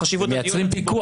הם מייצרים פיקוח,